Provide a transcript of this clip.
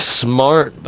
smart